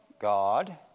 God